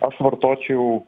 aš vartočiau